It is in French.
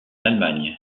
allemagne